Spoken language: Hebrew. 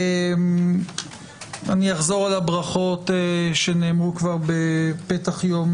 אני אחזור על הברכות שנאמרו כבר בפתח יום